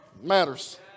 Matters